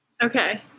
Okay